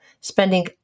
spending